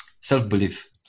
self-belief